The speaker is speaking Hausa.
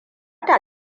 ta